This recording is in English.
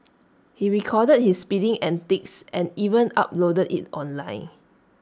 he recorded his speeding antics and even uploaded IT online